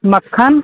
मक्खन